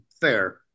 fair